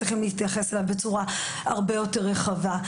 צריך להתייחס אליו בצורה הרבה יותר רחבה,